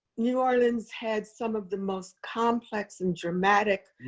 new orleans had some of the most complex and dramatic